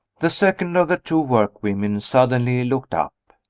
the second of the two workwomen suddenly looked up.